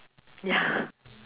ya